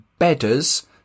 bedders